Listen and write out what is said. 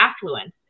affluence